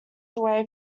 away